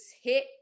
hit